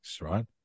right